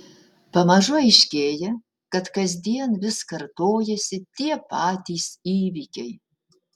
pamažu aiškėja kad kasdien vis kartojasi tie patys įvykiai